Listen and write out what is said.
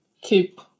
keep